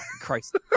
christ